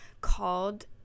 called